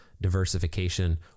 diversification